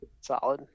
solid